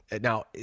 Now